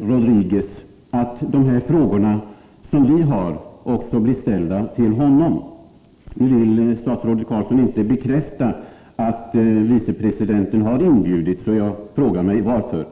regeringschefen på Cuba — denne blir ställd inför de frågor vi har. Statsrådet Ingvar Carlsson vill inte bekräfta att vicepresidenten har inbjudits. Jag frågar mig varför.